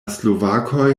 slovakoj